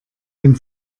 den